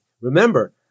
Remember